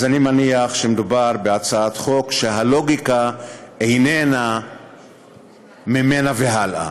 אז אני מניח שמדובר בהצעת חוק שהלוגיקה איננה ממנה והלאה,